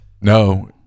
No